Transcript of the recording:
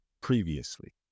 previously